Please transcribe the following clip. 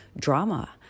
drama